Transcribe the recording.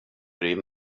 bryr